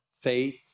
faith